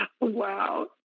Wow